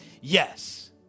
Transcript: Yes